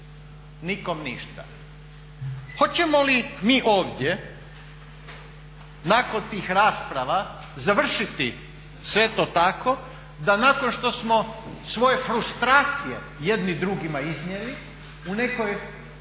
nikom ništa? Hoćemo li mi ovdje nakon tih rasprava završiti sve to tako da nakon što smo svoje frustracije jedni drugima iznijeli u nekoj